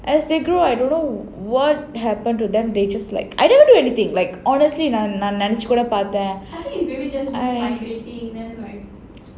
as they grow up I don't know what happened to them they just like I didn't do anything like honestly நான் நெனச்சி கூட பார்த்தேன்:naan nenachi kooda parthaen